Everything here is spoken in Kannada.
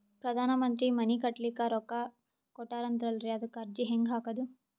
ಪ್ರಧಾನ ಮಂತ್ರಿ ಮನಿ ಕಟ್ಲಿಕ ರೊಕ್ಕ ಕೊಟತಾರಂತಲ್ರಿ, ಅದಕ ಅರ್ಜಿ ಹೆಂಗ ಹಾಕದು?